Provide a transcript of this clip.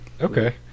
Okay